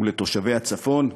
ולתושבי הצפון,